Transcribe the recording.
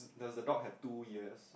does the dog have two ears